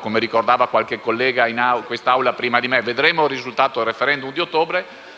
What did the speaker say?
come ricordava qualche collega in quest'Aula - il risultato del*referendum* di ottobre.